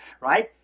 right